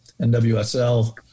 NWSL